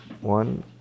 one